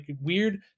weird